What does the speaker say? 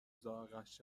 ذائقهاش